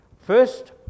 First